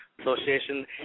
association